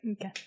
Okay